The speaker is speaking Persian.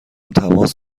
تماس